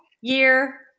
year